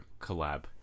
collab